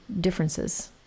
differences